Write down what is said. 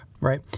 right